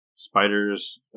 Spiders